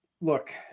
Look